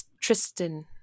Tristan